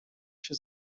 się